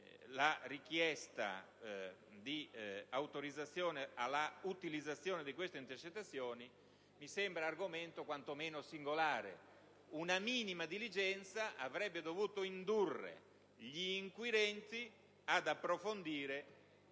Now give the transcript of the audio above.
la richiesta di autorizzazione alla sua utilizzazione, mi sembra un argomento quantomeno singolare. Una minima diligenza avrebbe dovuto indurre gli inquirenti ad approfondire